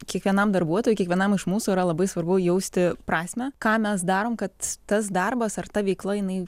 kiekvienam darbuotojui kiekvienam iš mūsų yra labai svarbu jausti prasmę ką mes darom kad tas darbas ar ta veikla jinai